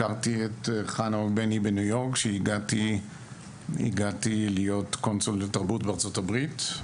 הכרתי את חנה ובני בניו-יורק כשהגעתי להיות קונסול לתרבות בארצות הברית,